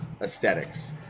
aesthetics